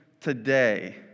today